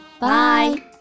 Bye